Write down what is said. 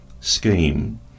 scheme